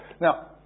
Now